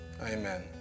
Amen